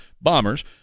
bombers